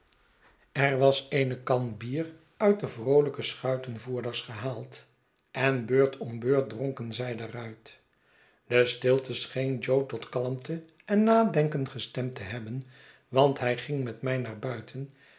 er was eene kan bier uit de vroolijke schuitenvoerders gehaald en beurt om beurt dronken zij daaruit de stilte scheen jo tot kalmte en nadenken gestemd te hebben want hij ging met mij naar buiten